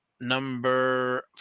number